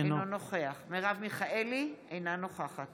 אינו נוכח מרב מיכאלי, אינה נוכחת